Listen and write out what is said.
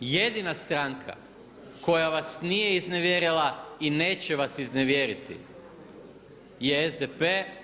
Jedina stranka koja vas nije iznevjerila i neće vas iznevjeriti je SDP.